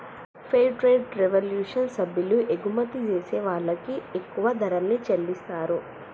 fair trade revolution సభ్యులు ఎగుమతి జేసే వాళ్ళకి ఎక్కువ ధరల్ని చెల్లిత్తారు